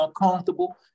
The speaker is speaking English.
uncomfortable